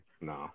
No